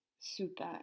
super